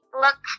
look